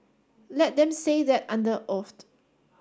let them say that under oath